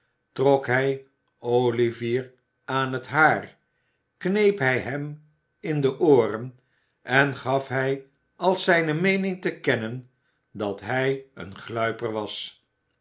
trok hij olivier aan t haar kneep hij hem in de ooren en gaf hij als zijne meening te kennen dat hij een gluiper was